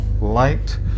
light